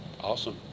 Awesome